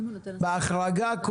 בהחרגה,